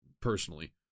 personally